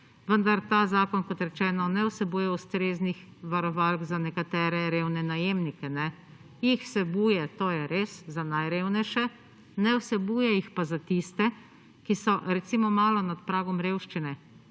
vendar ta zakona kot rečeno ne vsebuje ustreznih varovalk za nekatere revne najemnike. Jih vsebuje to je res za najrevnejše ne vsebuje jih pa za tiste, ki so recimo malo nad pragom revščine,